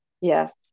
yes